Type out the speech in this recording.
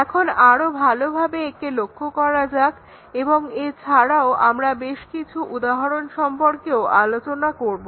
এখন আরো ভালো ভাবে একে লক্ষ্য করা যাক এবং এছাড়াও আমরা বেশ কিছু উদাহরণ সম্পর্কেও আলোচনা করবো